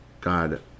God